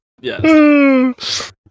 Yes